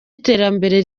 iterambere